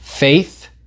faith